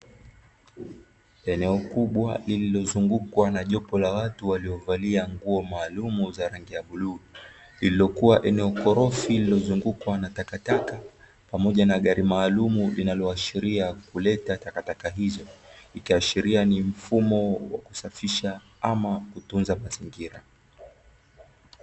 Eneo kubwa lililozungukwa na jopo la watu waliovalia nguo maalumu za rangi ya bluu, lililokuwa eneo ukorofi lililozungukwa na takataka; pamoja na gari maalum linavyoashiria kuleta takataka hizo, ikiashiria ni mfumo wa kusafisha ama kutunza mazingira.